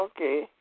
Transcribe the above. okay